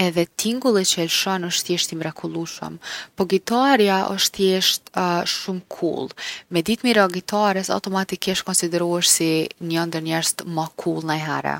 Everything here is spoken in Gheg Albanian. edhe tingulli që e lshon osht thjeshtë i mrekullushëm. Po gitarja osht thjeshtë shumë cool. Me dit m’i ra gitares automatikisht konsiderohesh si njo ndër njerzt ma cool najhere.